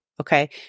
okay